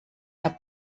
herr